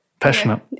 Passionate